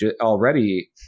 already